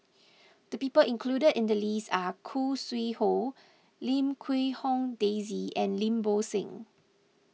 the people included in the list are Khoo Sui Hoe Lim Quee Hong Daisy and Lim Bo Seng